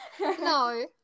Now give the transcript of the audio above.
No